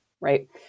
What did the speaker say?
Right